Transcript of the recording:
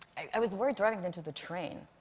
i was worried driving into the train.